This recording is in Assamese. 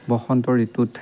বসন্ত ঋতুত